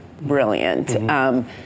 brilliant